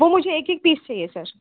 वह मुझे एक ही पीस चाहिए सर